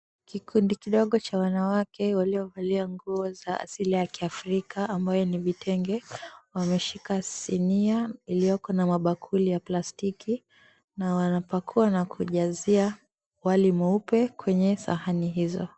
Kikundi kidogo cha wanawake waliovalia nguo za asili ya kiafrika ambayo ni vitenge, wameshika sinia iliyoko na bakuli ya plastiki na wanapakua na kujazia wali mweupe kwenye sahani hizo.